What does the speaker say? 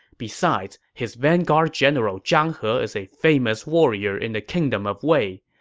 besides, his vanguard general zhang he is a famous warrior in the kingdom of wei.